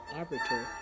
arbiter